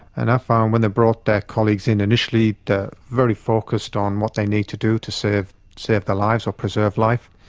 and i found when they brought their colleagues in initially they're very focused on what they need to do to save save their lives or preserve life